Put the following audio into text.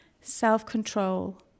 self-control